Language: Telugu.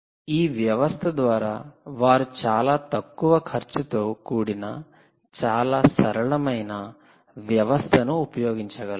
ఈ వ్యవస్థ ద్వారా వారు చాలా తక్కువ ఖర్చుతో కూడిన చాలా సరళమైన వ్యవస్థను ఉపయోగించగలరు